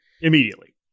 immediately